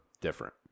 different